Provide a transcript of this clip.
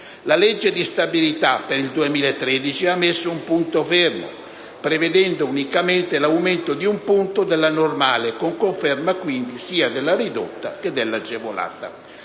La legge di stabilità per il 2013 ha messo un punto fermo, prevedendo unicamente l'aumento di un punto dell'aliquota normale, con conferma quindi sia della ridotta che dell'agevolata.